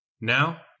Now